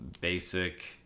basic